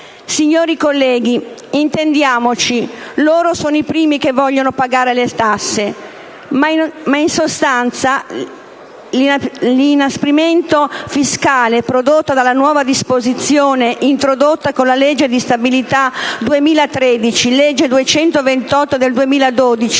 Signori colleghi, intendiamoci, loro sono i primi che vogliono pagare le tasse, ma in sostanza l'inasprimento fiscale prodotto dalla nuova disposizione introdotta con la legge di stabilità 2013 (legge n. 228 del 2012),